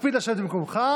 תקפיד לשבת במקומך,